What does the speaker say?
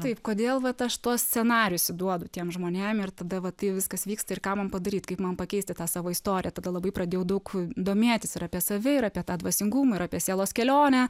taip kodėl vat aš tuos scenarijus įduodu tiem žmonėm ir tada va tai jau viskas vyksta ir ką man padaryt kaip man pakeisti tą savo istoriją tada labai pradėjau daug domėtis ir apie save ir apie tą dvasingumą ir apie sielos kelionę